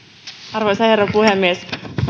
arvoisa herra puhemies